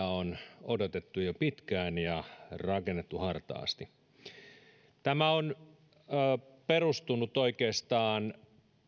on odotettu jo pitkään ja rakennettu hartaasti tämä on perustunut oikeastaan